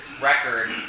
record